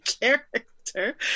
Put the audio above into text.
character